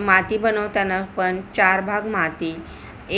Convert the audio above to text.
माती बनवताना पण चार भाग माती